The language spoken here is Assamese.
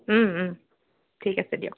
ঠিক আছে দিয়ক